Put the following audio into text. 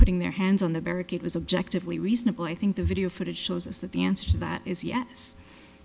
putting their hands on the barricade was objective we reasonable i think the video footage shows us that the answer to that is yes